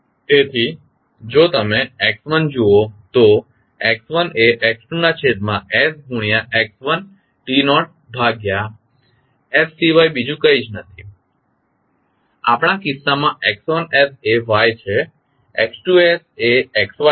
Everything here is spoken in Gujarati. તેથી જો તમે x1 જુઓ તો x1 એ x2 ના છેદમાં s ગુણ્યા x1 t naught ભાગ્યા s સિવાય બીજું કંઈ નથી આપણા કિસ્સામાં x1s એ y છે x2s એ sy છે